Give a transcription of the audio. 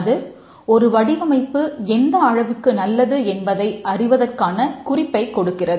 அது ஒரு வடிவமைப்பு எந்த அளவுக்கு நல்லது என்பதை அறிவதற்கான குறிப்பைக் கொடுக்கிறது